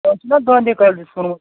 تۄہہِ اوسوُ نا گانٛدھی کالجَس